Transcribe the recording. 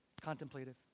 contemplative